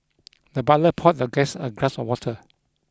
the butler poured the guest a glass of water